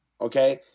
Okay